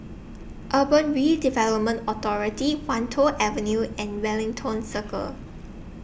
Urban Redevelopment Authority Wan Tho Avenue and Wellington Circle